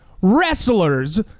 wrestlers